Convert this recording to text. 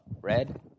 red